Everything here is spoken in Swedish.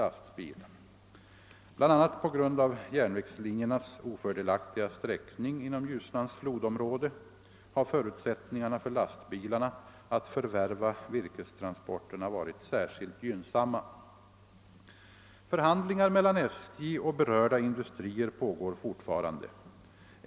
annat på grund av järnvägslinjernas ofördelaktiga sträckning inom Ljusnans flodområde har förutsättningarna för lastbilarna att förvärva virkestransporterna varit särskilt gynnsamma. Förhandlingar mellan SJ och berörda industrier pågår fortfarande.